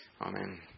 Amen